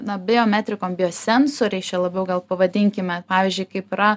na biometrikom biosensoriais čia labiau gal pavadinkime pavyzdžiui kaip yra